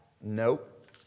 Nope